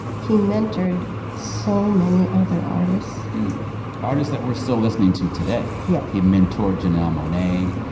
he mentored so many other artists artists that we're still listening to today yes he mentored janelle monae.